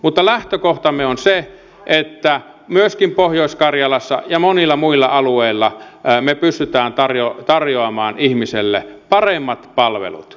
mutta lähtökohtamme on se että me pystymme myöskin pohjois karjalassa ja monilla muilla alueilla tarjoamaan ihmiselle paremmat palvelut